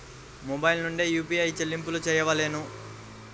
Mobile నుండే UPI చెల్లింపులు చేయవలెనా?